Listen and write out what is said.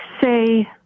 say